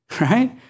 Right